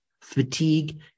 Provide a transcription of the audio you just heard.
fatigue